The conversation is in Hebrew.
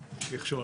מכשול.